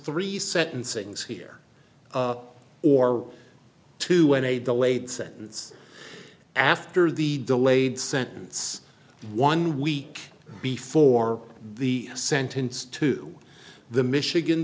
three sentencings here or two when a delayed sentence after the delayed sentence one week before the sentence to the michigan